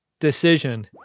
Decision